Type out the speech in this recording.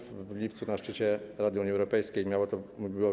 W lipcu na szczycie Rady Unii Europejskiej miało to.